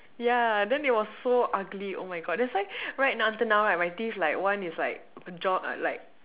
ya then it was so ugly oh my God that's why right until now right my teeth like one is like jaw like